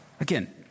Again